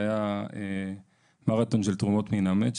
והיה מרתון של תרומות מן המת.